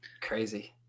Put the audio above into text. Crazy